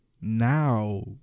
now